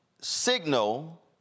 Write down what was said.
Signal